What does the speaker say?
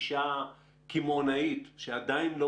הן בהרבה מובנים מתוך איזו גישה קמעונאית שעדיין לא